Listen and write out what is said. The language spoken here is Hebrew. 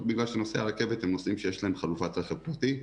בגלל שנוסעי הרכבת הם נוסעים שיש להם חלופת רכב פרטי,